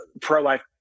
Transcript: pro-life